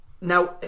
Now